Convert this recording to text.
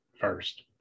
first